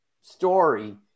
story